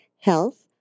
Health